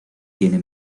tiene